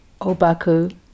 Obaku